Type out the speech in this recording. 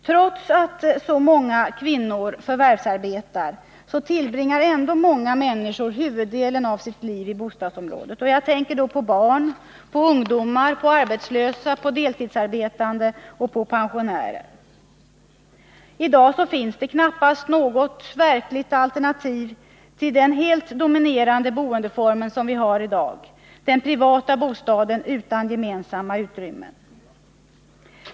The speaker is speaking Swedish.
Trots att så många kvinnor förvärvsarbetar tillbringar ändå många människor huvuddelen av sitt liv i bostadsområdet. Jag tänker på barn, ungdomar, arbetslösa, deltidsarbetande och pensionärer. I dag finns det knappast något verkligt alternativ till den helt dominerande boendeformen i dag — den privata bostaden utan gemensamma utrymmen.